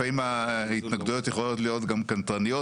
לפעמים ההתנגדויות יכולות להיות קנטרניות.